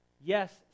Yes